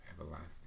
everlasting